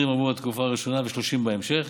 20,000 עבור התקופה הראשונה ו-30,000 בהמשך.